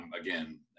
again